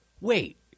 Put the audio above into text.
wait